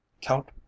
count